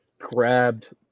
Grabbed